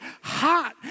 hot